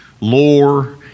lore